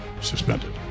suspended